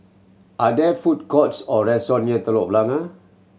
are there food courts or restaurant near Telok Blangah